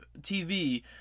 tv